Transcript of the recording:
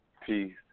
peace